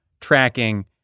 tracking